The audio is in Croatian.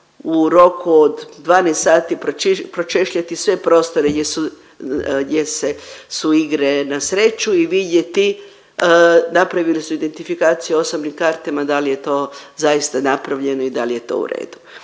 u roku od 12 dati pročešljati sve prostore gdje se, gdje su igre na sreću i vidjeti, napravili su identifikaciju osobnim kartama da li je to zaista napravljeno i da li je to u redu.